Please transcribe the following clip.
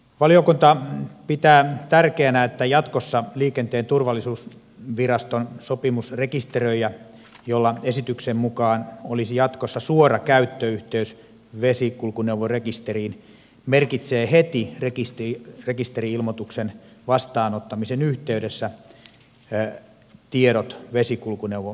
valiokunta pitää tärkeänä että jatkossa liikenteen turvallisuusviraston sopimusrekisteröijä jolla esityksen mukaan olisi jatkossa suora käyttöyhteys vesikulkuneuvorekisteriin merkitsee heti rekisteri ilmoituksen vastaanottamisen yhteydessä tiedot vesikulkuneuvorekisteriin